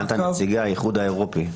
התכוונת לנציגי האיחוד האירופי.